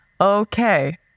Okay